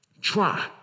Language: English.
Try